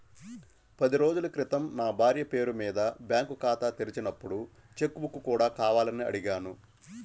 పది రోజుల క్రితం నా భార్య పేరు మీద బ్యాంకు ఖాతా తెరిచినప్పుడు చెక్ బుక్ కూడా కావాలని అడిగాను